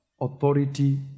authority